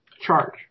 Charge